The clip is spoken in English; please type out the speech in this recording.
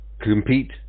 compete